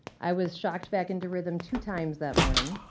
i was shocked back into rhythm two times that morning.